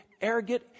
arrogant